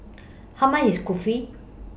How much IS Kulfi